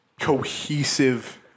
cohesive